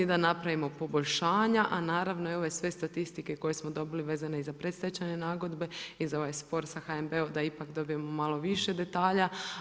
Da napravimo poboljšanja, a naravno, i ove sve statistike koje smo dobili vezane i za predstečajne nagodbe i za ovaj spor sa HNB-om da ipak dobijemo malo više detalja.